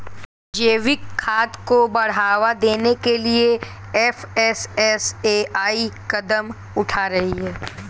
जैविक खाद को बढ़ावा देने के लिए एफ.एस.एस.ए.आई कदम उठा रही है